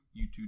YouTube